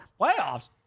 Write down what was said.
playoffs